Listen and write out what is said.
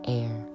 air